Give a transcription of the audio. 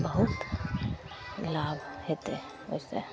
बहुत लाभ हेतै ओहिसे